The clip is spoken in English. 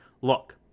Look